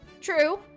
True